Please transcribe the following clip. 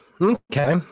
okay